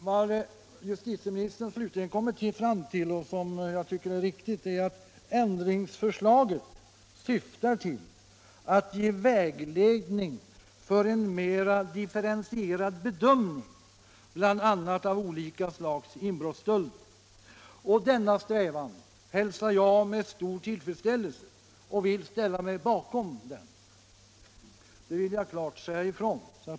Vad justitieministern slutligen kommit fram till och som jag tycker är riktigt är att ändringsförslaget syftar till att ge vägledning för en mer differentierad bedömning bl.a. av olika slags inbrottsstölder. Denna strävan hälsar jag med stor tillfredsställelse. Jag vill ställa mig bakom den.